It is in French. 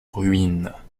ruines